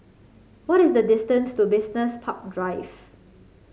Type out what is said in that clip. what is the distance to Business Park Drive